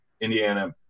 Indiana